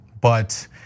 But-